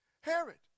Herod